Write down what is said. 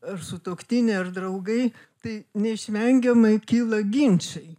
ar sutuoktiniai ar draugai tai neišvengiamai kyla ginčai